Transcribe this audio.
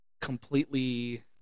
completely